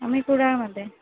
आम्ही कुडाळमध्ये